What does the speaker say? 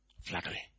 Flattery